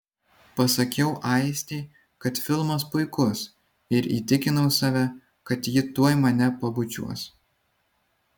pasakiau aistei kad filmas puikus ir įtikinau save kad ji tuoj mane pabučiuos